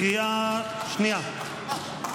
קריאה שנייה,